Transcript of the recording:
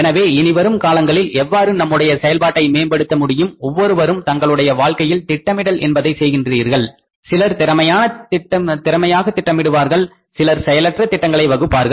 எனவே இனிவரும் காலங்களில் எவ்வாறு நம்முடைய செயல்பாட்டை மேம்படுத்த முடியும் ஒவ்வொருவரும் தங்களுடைய வாழ்க்கையில் திட்டமிடல் என்பதை செய்கின்றார்கள் சிலர் திறமையாக திட்டமிடுவார்கள் சிலர் செயலற்ற திட்டங்களை வகுப்பார்கள்